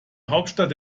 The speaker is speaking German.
hauptstadt